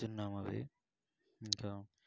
తిన్నాం మరి ఇంకా